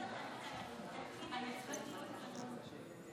אפשר אחר כך?